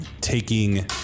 taking